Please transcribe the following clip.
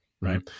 right